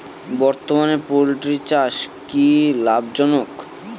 বর্তমানে পোলট্রি চাষ কি লাভজনক?